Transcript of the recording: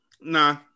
Nah